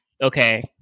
Okay